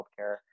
healthcare